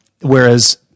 whereas